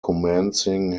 commencing